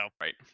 right